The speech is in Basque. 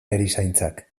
erizaintzak